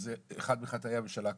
וזה אחד מחטאי הממשלה הקודמת,